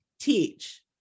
teach